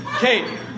Kate